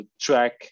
track